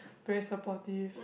very supportive